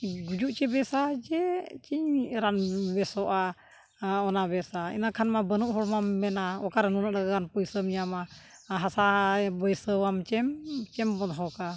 ᱜᱩᱡᱩᱜ ᱪᱮ ᱵᱮᱥᱟ ᱡᱮ ᱪᱮᱫ ᱤᱧ ᱨᱟᱱ ᱵᱮᱥᱳᱜᱼᱟ ᱚᱱᱟ ᱵᱮᱥᱟ ᱤᱱᱟᱹᱠᱷᱟᱱ ᱢᱟ ᱵᱟᱹᱱᱩᱜ ᱦᱚᱲᱢᱟᱢ ᱢᱮᱱᱟ ᱚᱠᱟᱨᱮ ᱱᱩᱱᱟᱹᱜ ᱞᱚᱜᱚᱱ ᱯᱚᱥᱟᱢ ᱧᱟᱢᱟ ᱦᱟᱥᱟ ᱵᱟᱹᱭᱥᱟᱹᱣᱟᱢ ᱥᱮᱢ ᱥᱮᱢ ᱵᱚᱱᱫᱷᱚᱠᱟ